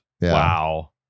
Wow